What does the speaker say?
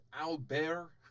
Albert